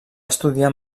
estudiar